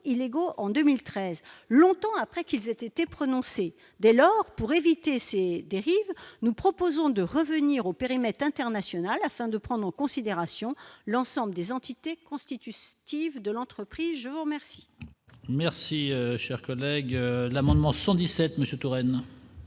illégaux en 2013, longtemps après qu'ils aient été prononcés dès lors pour éviter ces dérives, nous proposons de revenir au périmètre international afin de prendre en considération l'ensemble des entités constitue Steve de l'entreprise, je vous remercie. Merci, cher collègue, l'amendement 117 Monsieur Touraine.